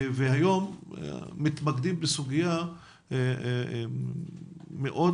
והיום מתמקדים בסוגיה מאוד,